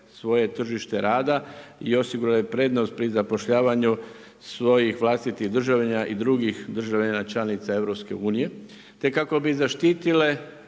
svoje tržište rada i osigurale prednost pri zapošljavanju svojih vlastitih državljana i drugih državljana članica EU, te kako bi zaštitile